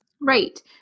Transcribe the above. Right